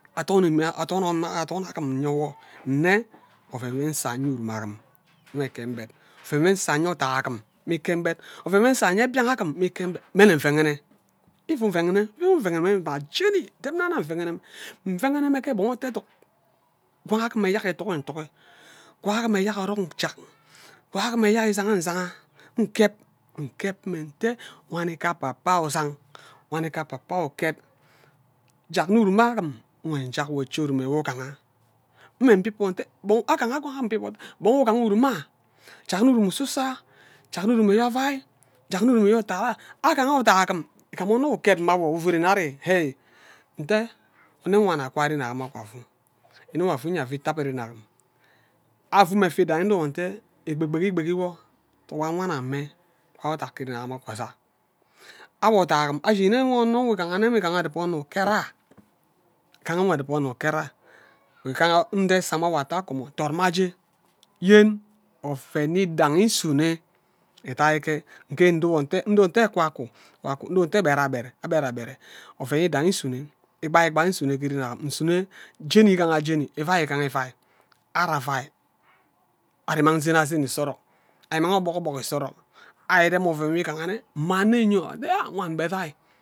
Athon agim nye wo nne oven nwe nsa nye urume agim mme nghe mgbed oven nwo nsa nye othai agim mme nghe mgbed oven nwo nsa nye mbian agini mme nghe mgbed mme nne nvighe nvughene mme nvughene mme jeni mme nvughene nvughene ghe gbon ichie eduk ngwang agim eyak itugi entugi ngwang agim eyak orok njak ngwang agim eyake izangha nzangha nkeb nkeb mme nte wani nghe apapa ayo uzanga wani nghe apapa ayo uked jak nne urem agim nkwe njack wo uchie urume nwo ugaha nvee nbib wo nte agaha ngweng nvee nbib nwo nte amang ugaha uruma jak nne urume ususa jak nne urume aye avai jak nne urume aye atta ayo agaha othai agim igam onno nwo uked mma awo ufue nden ari nte onne wana kwa ren agim nwa akwa afu nene nwo afu nyan afu itabe ren agim afu mme efi idangi ndo wo ate egbogboki igboki wo towawani amme wan othok ghe ren am akwa zang awo othai agin ashin nne mme onne yene amme mme igaha edibe onno uked arh igaha nwo edibe onno uked arh igaha nde isen mma awo itah akumo dot mma aje yen oven nwi idangi nsume nghe ndo wo ate ndo wo ate kwa aku kwa aku ndo wo ate gbere agbere agbere even nwi idangi nsune igbai nsune ghe agim jeni igaha jeni ivai igaha ivai ari avai ari mang sena sen isa orok imang obok obok asa orok ari rem aven nwo igaha nne mma anne nyo wan be vai.